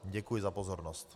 Děkuji za pozornost.